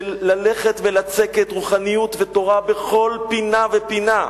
של ללכת ולצקת רוחניות ותורה בכל פינה ופינה,